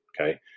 okay